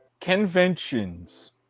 Conventions